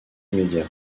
immédiat